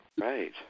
right